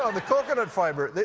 um the coconut fiber,